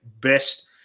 best